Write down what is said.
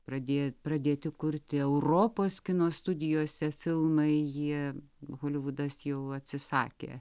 pradėjo pradėti kurti europos kino studijose filmai jie holivudas jau atsisakė